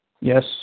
Yes